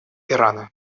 ирана